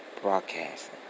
Broadcasting